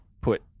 put